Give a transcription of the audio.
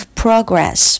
progress